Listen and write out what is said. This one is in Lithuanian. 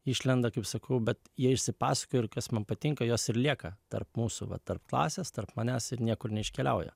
išlenda kaip sakau bet jie išsipasakoja ir kas man patinka jos ir lieka tarp mūsųva tarp klasės tarp manęs ir niekur neiškeliauja